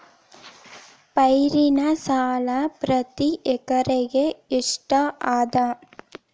ಪೈರಿನ ಸಾಲಾ ಪ್ರತಿ ಎಕರೆಗೆ ಎಷ್ಟ ಅದ?